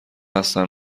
هستن